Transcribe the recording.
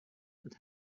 and